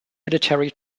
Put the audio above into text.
military